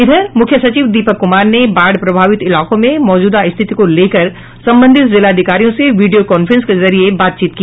इधर मुख्य सचिव दीपक कुमार ने बाढ़ प्रभावित इलाकों में मौजूदा स्थिति को लेकर संबंधित जिलाधिकारियों से वीडियो कांफ्रेंस के जरिये बातचीत की